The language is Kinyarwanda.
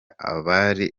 abari